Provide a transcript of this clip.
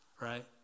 right